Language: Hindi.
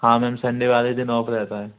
हाँ मैम सनडै वाले दिन ऑफ रहता है